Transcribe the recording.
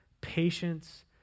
patience